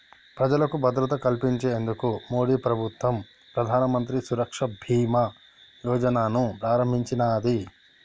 ప్రజలకు భద్రత కల్పించేందుకు మోదీప్రభుత్వం ప్రధానమంత్రి సురక్ష బీమా యోజనను ప్రారంభించినాది